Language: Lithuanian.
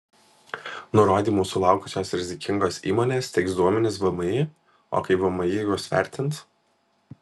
nurodymų sulaukusios rizikingos įmonės teiks duomenis vmi o kaip vmi juos vertins